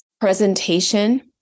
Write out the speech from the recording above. presentation